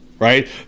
right